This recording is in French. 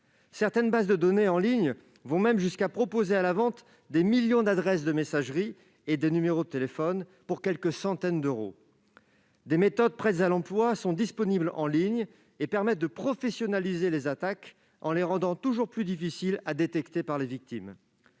Certaines bases de données en ligne vont même jusqu'à proposer à la vente des millions d'adresses de messagerie et de numéros de téléphone pour quelques centaines d'euros. Des méthodes prêtes à l'emploi sont disponibles en ligne et permettent de professionnaliser les attaques, en les rendant toujours plus difficiles à détecter pour les victimes.